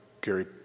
Gary